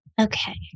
Okay